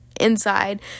inside